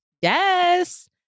Yes